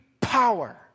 power